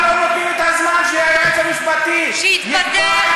למה לא נותנים את הזמן ליועץ המשפטי, שיתפטר.